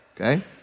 okay